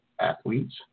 athletes